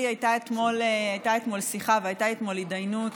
הייתה אתמול שיחה והייתה אתמול התדיינות